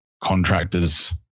contractors